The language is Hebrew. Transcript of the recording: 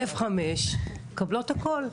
(א)(5), מקבלות הכול.